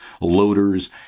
loaders